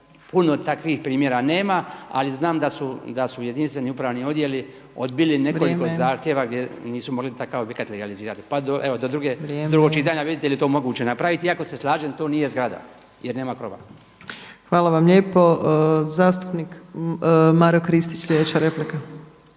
puno takvih primjera nema, ali znam da su jedinstveni upravni odjeli odbili nekoliko zahtjeva gdje nisu mogli takav objekat legalizirati, … …/Upadica Opačić: Vrijeme./… … pa evo do drugog čitanja vidite je li to moguće napraviti jer se slažem tu nije zgrada jer nema krova. **Opačić, Milanka (SDP)** Hvala vam lijepo. Zastupnik Maro Kristić sljedeća replika.